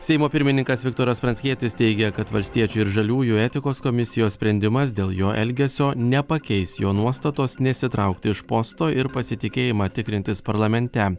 seimo pirmininkas viktoras pranckietis teigia kad valstiečių ir žaliųjų etikos komisijos sprendimas dėl jo elgesio nepakeis jo nuostatos nesitraukti iš posto ir pasitikėjimą tikrintis parlamente